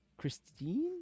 Christine